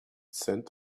scent